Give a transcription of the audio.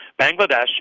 Bangladesh